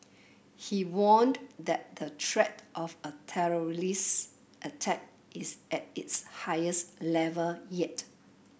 he warned that the threat of a terrorist attack is at its highest level yet